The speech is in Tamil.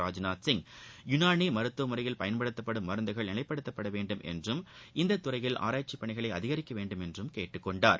ராஜ்நாத் சிங் யுனானி மருத்துவ முறையில் பயன்படுத்தப்படும் மருந்துகளை தரநிர்ணயம் செய்யப்பட வேண்டும் என்றும் இத்துறையில் ஆராய்ச்சிப் பணிகளை அதிகரிக்க வேண்டும் என்றும் கேட்டுக் கொண்டார்